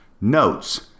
notes